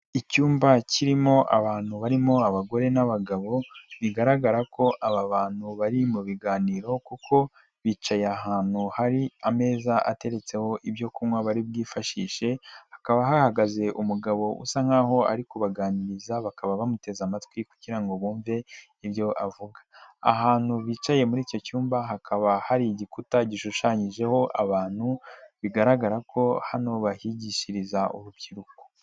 Icyumba kirimo abantu barimo abagore n'abagabo bigaragara ko aba bantu bari mu biganiro kuko bicaye ahantu hari ameza ateretseho ibyo kunywa bari bwifashishe hakaba hahagaze umugabo usa nkahoaho ari kubaganiriza bakaba bamuteze amatwi kugira ngo bumve ibyo avuga. Ahantu bicaye muri icyo cyumba hakaba hari igikuta gishushanyijeho abantu bigaragara ko hano bahigishiriza urubyiruko.